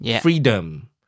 freedom